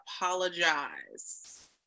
apologize